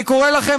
אני קורא לכם,